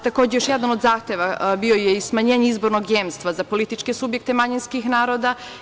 Takođe, još jedan od zahteva bio je i smanjenje izbornog jemstva za političke subjekte manjinskih naroda.